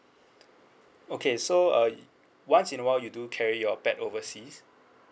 okay so uh once in a while you do carry your pet overseas